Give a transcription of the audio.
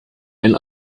ein